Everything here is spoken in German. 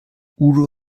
udo